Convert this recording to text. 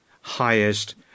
highest